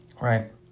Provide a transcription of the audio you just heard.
right